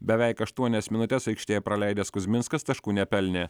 beveik aštuonias minutes aikštėje praleidęs kuzminskas taškų nepelnė